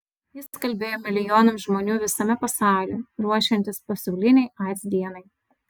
jis kalbėjo milijonams žmonių visame pasaulyje ruošiantis pasaulinei aids dienai